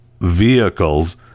vehicles